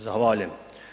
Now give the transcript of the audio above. Zahvaljujem.